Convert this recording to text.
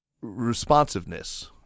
responsiveness